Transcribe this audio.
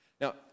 Now